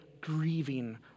grieving